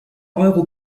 euro